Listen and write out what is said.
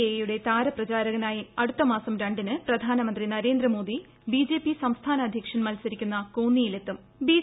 A യുടെ താരപ്രചാരകനായി അടുത്ത മാസം രണ്ടിന് പ്രധാനമന്ത്രി നരേന്ദ്രമോദി ബിജെപി സംസ്ഥാന അദ്ധ്യക്ഷൻ മത്സരിക്കുന്ന കോന്നിയിലെത്തും